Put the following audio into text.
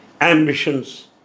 ambitions